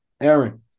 Aaron